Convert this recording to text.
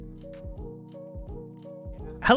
hello